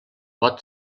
pot